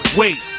wait